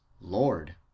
Lord